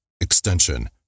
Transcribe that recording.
extension